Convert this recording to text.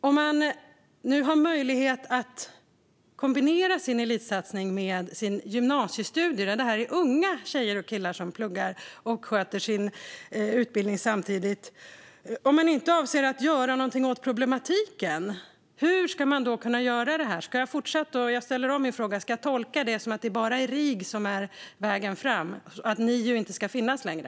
Det ska finnas en möjlighet att kombinera en elitsatsning med gymnasiestudier, för det är unga tjejer och killar som pluggar och sköter sin utbildning. Om ni inte avser att göra någonting åt problematiken, hur ska de då kunna göra det? Jag ställer om min fråga: Ska jag tolka det som att det bara är RIG som är vägen framåt och att NIU inte ska finnas längre?